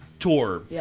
tour